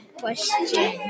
question